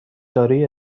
دارویی